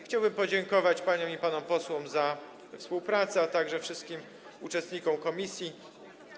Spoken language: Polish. Chciałbym podziękować paniom i panom posłom za współpracę, a także wszystkim uczestnikom prac komisji.